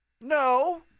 No